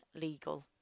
legal